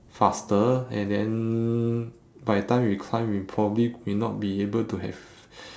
faster and then by the time we climb we probably may not be able to have